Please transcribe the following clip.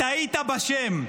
טעית בשם.